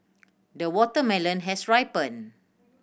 the watermelon has ripened